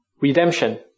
redemption